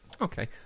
Okay